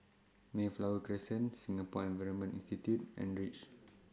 Mayflower Crescent Singapore Environment Institute and REACH